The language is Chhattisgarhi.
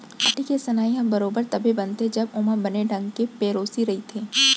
माटी के सनई ह बरोबर तभे बनथे जब ओमा बने ढंग के पेरौसी रइथे